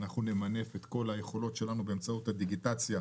אנחנו נמנף את כל היכולות שלנו באמצעות הדיגיטציה,